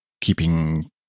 keeping